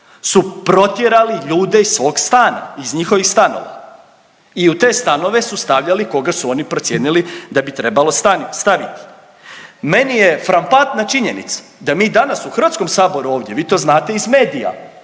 su protjerali ljude iz svog stana, iz njihovih stanova i u te stanove su stavljali koga su oni procijenili da bi trebalo staviti. Meni je frapantna činjenica da mi danas u Hrvatskom saboru ovdje, vi to znate iz medija,